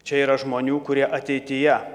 čia yra žmonių kurie ateityje